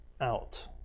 out